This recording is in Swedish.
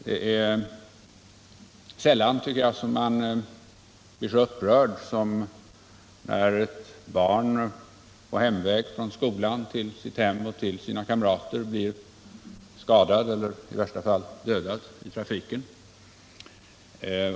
Det är sällan, tycker jag, som man blir så upprörd som när man får veta att ett barn på hemväg från skolan till sitt hem och sina kamrater blir skadat eller i värsta fall dödat i trafiken.